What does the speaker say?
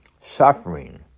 suffering